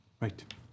Right